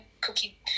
Cookie